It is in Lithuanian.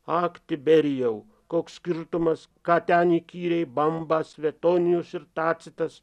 ak tiberijau koks skirtumas ką ten įkyriai bamba svetonijus ir tacitas